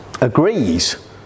agrees